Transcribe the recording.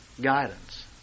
guidance